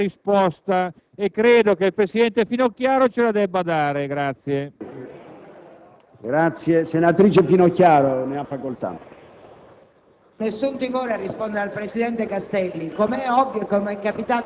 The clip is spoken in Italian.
Vorrei sapere perché questa mattina la maggioranza ha chiesto il numero legale. Non è stata data nessuna risposta. Adesso, invece, si vuole partire velocemente per votare. Si tratta di una questione politica sulla quale l'Aula credo